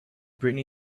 britney